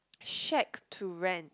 shack to rent